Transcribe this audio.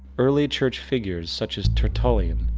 early church figures, such as tortullian,